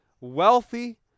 wealthy